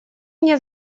мне